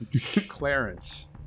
Clarence